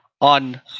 on